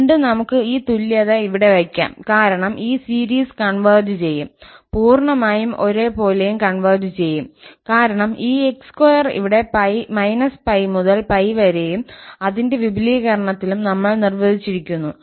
വീണ്ടും നമുക്ക് ഈ തുല്യത ഇവിടെ വയ്ക്കാം കാരണം ഈ സീരീസ് കൺവെർജ് ചെയ്യും പൂർണമായും ഒരേപോലെയും കൺവെർജ് ചെയ്യും കാരണം ഈ 𝑥2 ഇവിടെ −𝜋 മുതൽ 𝜋 വരെയും അതിന്റെ വിപുലീകരണത്തിലും നമ്മൾ നിർവ്വചിച്ചിരിക്കുന്നു